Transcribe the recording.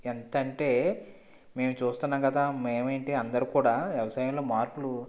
ఎంతంటే మేము చూస్తున్నాం కదా మేము ఏంటి అందరు కూడా వ్యవసాయంలో మార్పులు